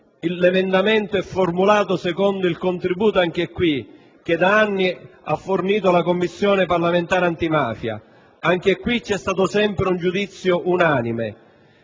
L'emendamento è formulato secondo il contributo che da anni ha fornito la Commissione parlamentare antimafia; anche qui c'è stato sempre un giudizio unanime